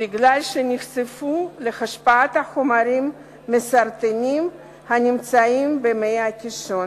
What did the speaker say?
כי נחשפו להשפעת חומרים מסרטנים הנמצאים במי הקישון,